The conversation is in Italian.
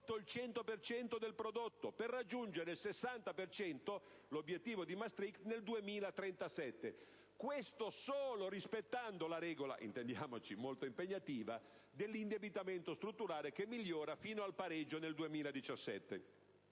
cento del prodotto, per raggiungere il 60 per cento - ossia l'obiettivo di Maastricht - nel 2037; e questo solo rispettando la regola - intendiamoci, molto impegnativa - dell'indebitamento strutturale che migliora fino al pareggio nel 2017.